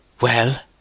Well